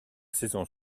saison